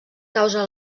causa